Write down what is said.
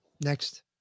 Next